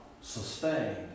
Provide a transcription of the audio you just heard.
sustained